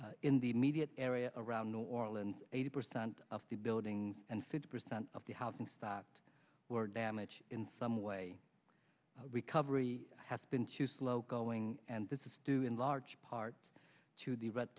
empty in the immediate area around new orleans eighty percent of the building and fifty percent of the housing stopped were damaged in some way recovery has been too slow going and this is due in large part to the red